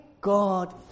God